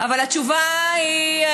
אבל התשובה היא: